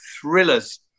thrillers